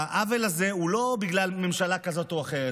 העוול הזה הוא לא בגלל ממשלה כזאת או אחרת,